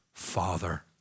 father